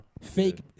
Fake